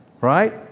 Right